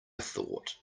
thought